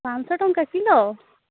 ପାଞ୍ଚଶହ ଟଙ୍କା କିଲୋ